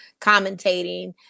commentating